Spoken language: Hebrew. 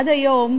עד היום,